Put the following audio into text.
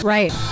Right